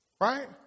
Right